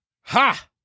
Ha